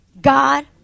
God